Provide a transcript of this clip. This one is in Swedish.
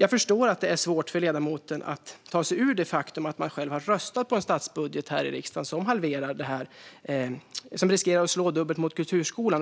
Jag förstår att det är svårt för ledamoten att ta sig ur det faktum att man själv har röstat på en statsbudget i riksdagen som riskerar att slå dubbelt mot kulturskolan.